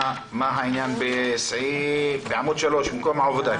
מה העניין בעמוד 3, מקום העבודה?